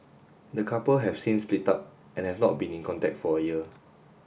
the couple have since split up and have not been in contact for a year